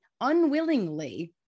unwillingly